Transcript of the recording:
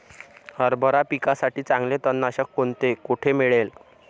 हरभरा पिकासाठी चांगले तणनाशक कोणते, कोठे मिळेल?